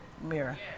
mirror